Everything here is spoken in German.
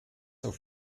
auf